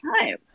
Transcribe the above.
time